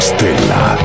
Stella